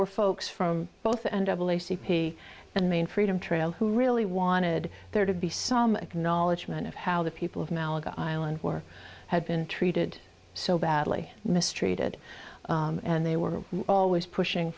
were folks from both and double a c p and main freedom trail who really wanted there to be some acknowledgement of how the people of malaga island work had been treated so badly mistreated and they were always pushing